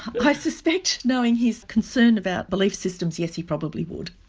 i suspect knowing his concern about belief systems, yes, he probably would.